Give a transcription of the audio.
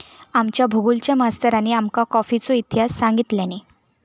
आमच्या भुगोलच्या मास्तरानी आमका कॉफीचो इतिहास सांगितल्यानी